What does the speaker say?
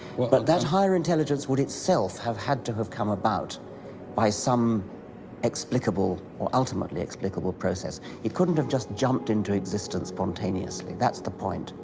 well but that higher intelligence would itself have had to have come about by some explicable or ultimately explicable process. it couldn't have just jumped into existence spontaneously. that's the point.